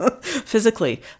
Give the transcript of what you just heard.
physically